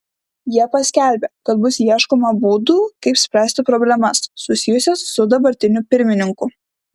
jie paskelbė kad bus ieškoma būdų kaip spręsti problemas susijusias su dabartiniu pirmininku